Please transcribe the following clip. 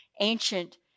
ancient